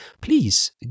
please